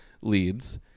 leads